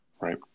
Right